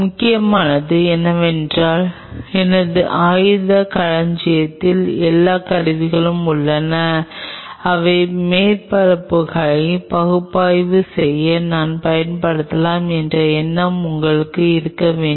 முக்கியமானது என்னவென்றால் எனது ஆயுதக் களஞ்சியத்தில் எல்லா கருவிகளும் உள்ளன அவை மேற்பரப்புகளை பகுப்பாய்வு செய்ய நான் பயன்படுத்தலாம் என்ற எண்ணம் உங்களுக்கு இருக்க வேண்டும்